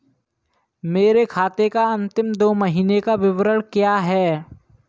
मेरे खाते का अंतिम दो महीने का विवरण क्या है?